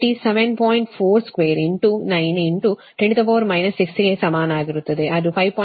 42 9 10 6 ಕ್ಕೆ ಸಮಾನವಾಗಿರುತ್ತದೆ ಅದು 5